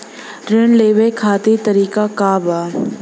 ऋण लेवे के तरीका का बा?